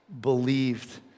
believed